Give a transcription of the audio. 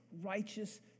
righteous